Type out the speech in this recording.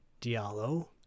diallo